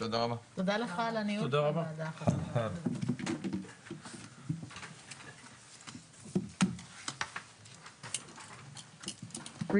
הישיבה ננעלה בשעה 12:13.